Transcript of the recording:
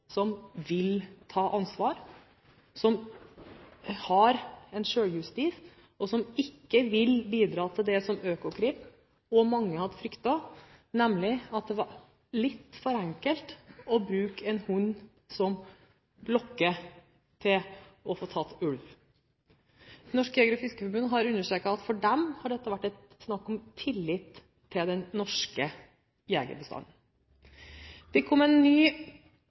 som vil ta ansvar, som har selvjustis, og som ikke vil bidra til det som Økokrim og mange hadde fryktet, nemlig at det var litt for enkelt å bruke hund som lokkemiddel for å ta ulv. Norges Jeger- og Fiskerforbund har understreket at for dem har dette vært snakk om tillit til den norske jegerstanden. Det kom